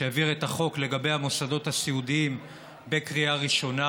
שהעביר את החוק לגבי המוסדות הסיעודיים בקריאה ראשונה,